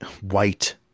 white